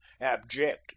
abject